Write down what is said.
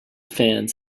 fans